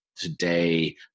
Today